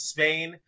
Spain